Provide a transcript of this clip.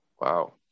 Wow